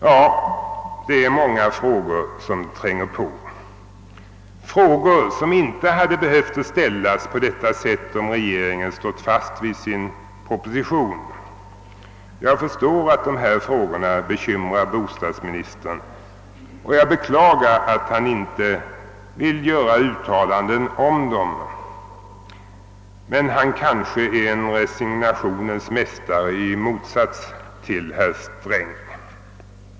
Ja, det är många frågor som tränger på, frågor som inte hade behövt ställas på detta sätt om regeringen stått fast vid sin proposition. Jag förstår att de bekymrar bostadsministern och jag beklagar att han inte vill göra uttalanden om dem. Men han kanske är en resignationens mästare — i motsats till herr Sträng.